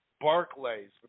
Barclays